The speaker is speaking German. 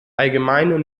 allgemeine